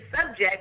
subject